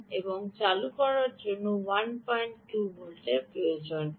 ও এটি চালু করতে 12 ভোল্টের প্রয়োজন